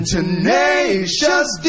Tenacious